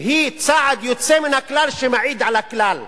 והיא צעד יוצא מן הכלל שמעיד על הכלל,